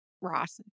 Ross